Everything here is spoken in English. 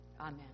Amen